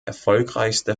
erfolgreichste